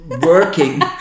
working